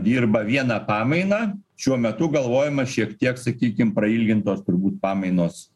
dirba vieną pamainą šiuo metu galvojama šiek tiek sakykim prailgintos turbūt pamainos